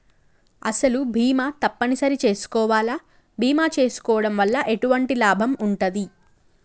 అసలు బీమా తప్పని సరి చేసుకోవాలా? బీమా చేసుకోవడం వల్ల ఎటువంటి లాభం ఉంటది?